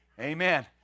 Amen